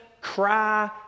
cry